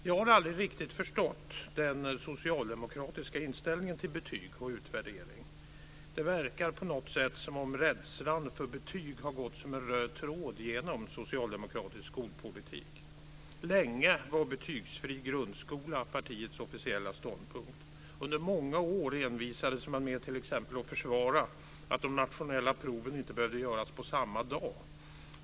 Jag har aldrig riktigt förstått den socialdemokratiska inställningen till betyg och utvärdering. Det verkar på något sätt som om rädslan för betyg har gått som en röd tråd genom socialdemokratisk skolpolitik. Länge var en betygsfri grundskola partiets officiella ståndpunkt. Under många år envisades man t.ex. med att försvara att de nationella proven inte behövde göras på samma dag.